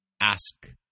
ask